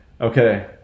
Okay